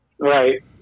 Right